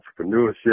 entrepreneurship